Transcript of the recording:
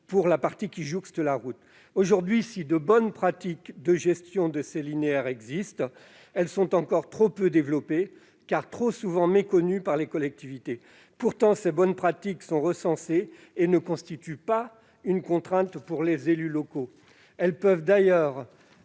la partie qui jouxte la route. Aujourd'hui, si de bonnes pratiques de gestion de ces linéaires existent, elles sont encore trop peu développées, car trop souvent méconnues des collectivités. Pourtant, ces bonnes pratiques sont recensées et ne constituent pas une contrainte pour les élus locaux. Elles peuvent d'ailleurs